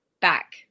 back